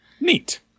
Neat